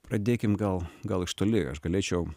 pradėkim gal gal iš toli aš galėčiau